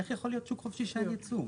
איך יכול להיות שוק חופשי כשאין ייצוא?